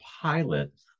pilot